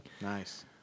Nice